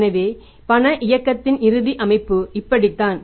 எனவே பண இயக்கத்தின் இறுதி அமைப்பு இப்படித்தான்